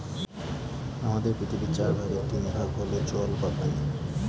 আমাদের পৃথিবীর চার ভাগের তিন ভাগ হল জল বা পানি